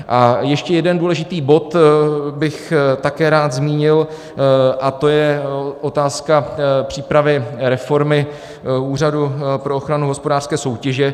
A ještě jeden důležitý bod bych také rád zmínil a to je otázka přípravy reformy Úřadu pro ochranu hospodářské soutěže.